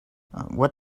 what